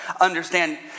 understand